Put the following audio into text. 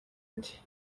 ati